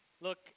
look